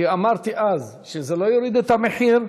כי אמרתי אז שזה לא יוריד את המחיר.